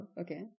okay